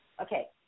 Okay